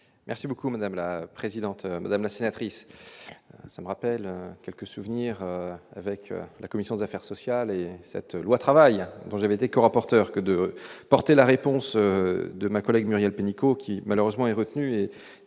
Merci beaucoup, madame la présidente, madame la sénatrice, ça me rappelle quelques souvenirs avec la commission des affaires sociales, et cette loi travail dont j'avais été corapporteur que de porter la réponse de ma collègue, Muriel Pénicaud, qui malheureusement est retenue et